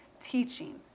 teaching